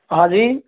हाँ जी